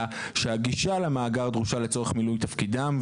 שהגישה למאגר דרושה לצורך מילוי תפקידם,